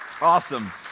Awesome